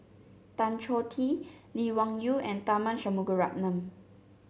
Tan Choh Tee Lee Wung Yew and Tharman Shanmugaratnam